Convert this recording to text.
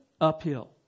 Uphill